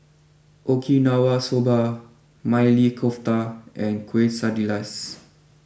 Okinawa Soba Maili Kofta and Quesadillas